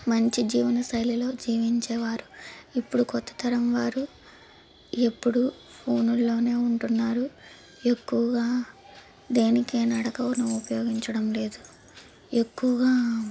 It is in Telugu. మంచి జీవన శైలిలో జీవించేవారు ఇప్పుడు కొత్త తరం వారు ఎప్పుడు ఫోనుల్లోనే ఉంటున్నారు ఎక్కువగా దేనికై నడకను ఉపయోగించడం లేదు ఎక్కువగా